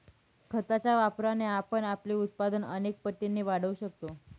खताच्या वापराने आपण आपले उत्पादन अनेक पटींनी वाढवू शकतो